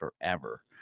forever